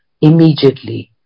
immediately